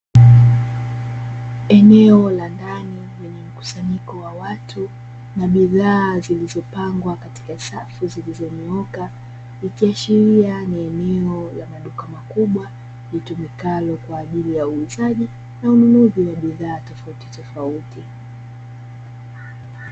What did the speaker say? Eneo la ndani lenye mkusanyiko wa watu na bidhaa zilizopangwa katika safu zilizonyooka, ikiashiria ni eneo la maduka makubwa litumikalo kwa ajili ya uuzaji na ununuzi wa bidhaa tofauti tofauti.